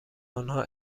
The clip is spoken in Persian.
آنها